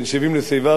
בן 70 לשיבה,